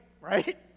right